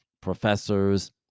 professors